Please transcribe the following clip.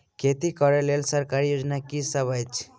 खेती करै लेल सरकारी योजना की सब अछि?